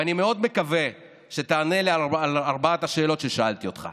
ואני מאוד מקווה שתענה על ארבע השאלות ששאלתי אותך.